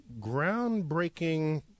groundbreaking